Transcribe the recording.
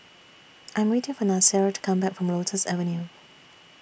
I'm waiting For Nasir to Come Back from Lotus Avenue